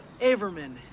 Averman